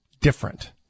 different